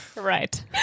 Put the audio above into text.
Right